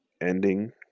ending